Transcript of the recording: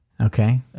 Okay